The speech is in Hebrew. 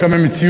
חלקם הם מציאות,